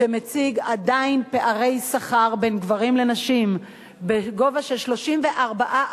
שעדיין מציג פערי שכר בין גברים לנשים בגובה של 34%